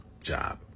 job